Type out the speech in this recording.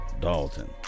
Dalton